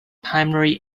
primary